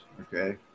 okay